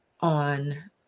on